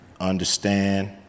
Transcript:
Understand